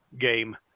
game